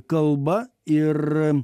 kalba ir